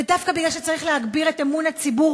ודווקא מפני שצריך להגביר את אמון הציבור